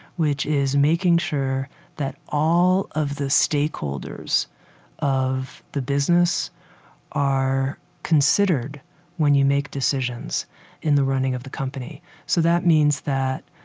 which is making sure that all of the stakeholders of the business are considered when you make decisions in the running of the company so that means that,